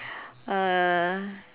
uh